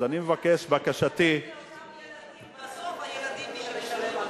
אז אני מבקש, בסוף הילדים הם מי שמשלמים.